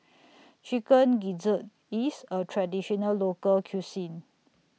Chicken Gizzard IS A Traditional Local Cuisine